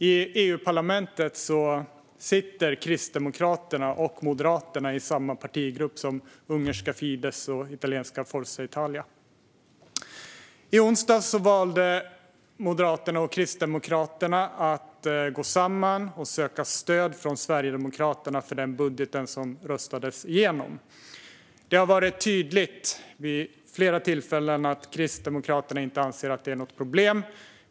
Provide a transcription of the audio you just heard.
I EU-parlamentet sitter Kristdemokraterna och Moderaterna i samma partigrupp som ungerska Fidesz och italienska Forza Italia. I onsdags valde Moderaterna och Kristdemokraterna att gå samman och att söka stöd från Sverigedemokraterna för den budget som röstades igenom. Det har varit tydligt vid flera tillfällen att Kristdemokraterna inte anser att det är något problem.